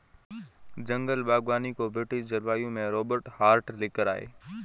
जंगल बागवानी को ब्रिटिश जलवायु में रोबर्ट हार्ट ले कर आये